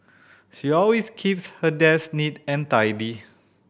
she always keeps her desk neat and tidy